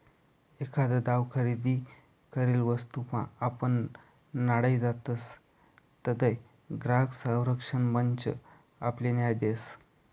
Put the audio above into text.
एखादी दाव खरेदी करेल वस्तूमा आपण नाडाई जातसं तधय ग्राहक संरक्षण मंच आपले न्याय देस